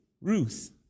Ruth